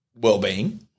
wellbeing